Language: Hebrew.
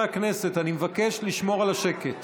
בעד